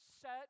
set